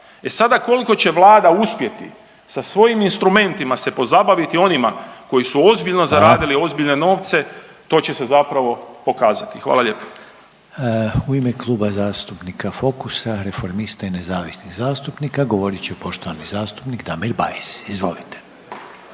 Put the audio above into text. E sada koliko će vlada uspjeti sa svojim instrumentima se pozabaviti, onima koji su ozbiljno zaradili ozbiljne novce, to će se zapravo pokazati. Hvala lijepo. **Reiner, Željko (HDZ)** U ime Kluba zastupnika Fokusa, Reformista i nezavisnih zastupnika govorit će poštovani zastupnik Damir Bajs, izvolite.